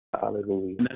Hallelujah